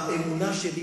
באמונה שלי,